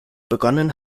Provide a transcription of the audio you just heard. begonnen